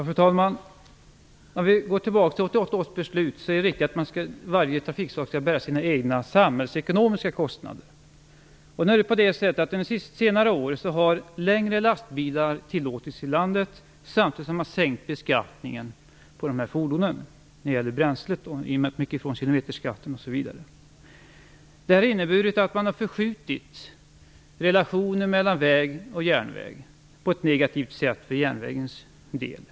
Fru talman! Jag vill gå tillbaka till 1988 års beslut. Det är riktigt att varje trafikslag skall bära sina egna samhällsekonomiska kostnader. Under senare år har längre lastbilar tillåtits i landet samtidigt som beskattningen minskat på dessa fordon. Det gäller skatt på bränsle, och man gick också ifrån kilometerskatten, osv. Det här har inneburit att man har förskjutit relationen mellan väg och järnväg på ett negativt sätt för järnvägens del.